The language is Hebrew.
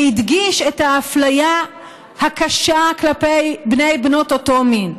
שהדגיש את האפליה הקשה כלפי בני ובנות אותו מין,